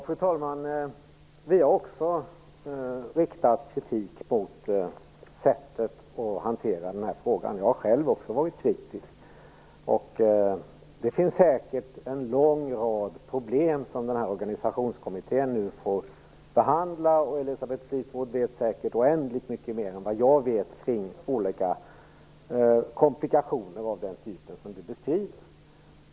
Fru talman! Vi har också riktat kritik mot sättet att hantera den här frågan. Också jag själv har varit kritisk. Det finns säkert en lång rad problem som Organisationskommittén nu får behandla. Elisabeth Fleetwood vet säkert oändligt mycket mer än jag om olika komplikationer av den typen som hon beskrev.